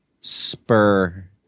spur